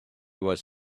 was